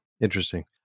interesting